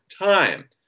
Time